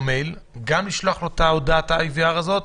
מייל; גם לשלוח לו את הודעת ה-IVR הזאת,